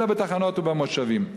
אלא בתחנות ובמושבים.